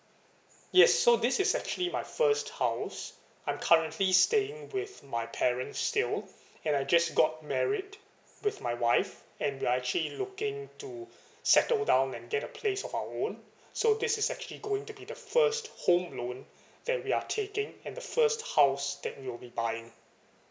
yes so this is actually my first house I'm currently staying with my parents still and I just got married with my wife and we're actually looking to settle down and get a place of our own so this is actually going to be the first home loan that we are taking and the first house that we will be buying